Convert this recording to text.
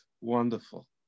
wonderful